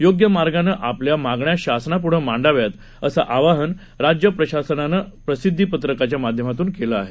योग्य मार्गानं आपल्या मागण्या शासनापुढं मांडाव्यात असं आवाहन राज्य शासनानं प्रसिद्धी पत्रकाच्या माध्यमातून केलं आहे